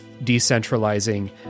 decentralizing